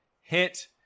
hit